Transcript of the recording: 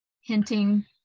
hinting